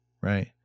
right